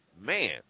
man